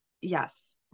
Yes